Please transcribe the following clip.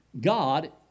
god